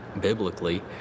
biblically